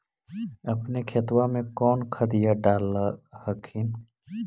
अपने खेतबा मे कौन खदिया डाल हखिन?